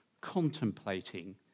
contemplating